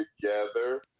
together